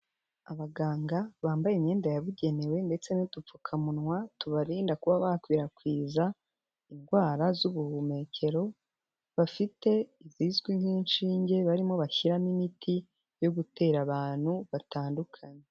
Abaganga bambaye imyenda yabugenewe ndetse n'udupfukamunwa tubarinda kuba bakwirakwiza indwara z'ubuhumekero, bafite izizwi nk'inshinge barimo bashyira imiti yo gutera abantu batandukanye.